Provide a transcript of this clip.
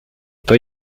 pas